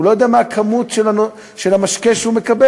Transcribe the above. הוא לא יודע מה כמות המשקה שהוא מקבל,